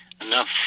enough